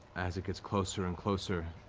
as it gets closer and closer,